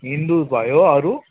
हिन्दू भयो अरू